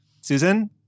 Susan